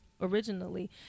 originally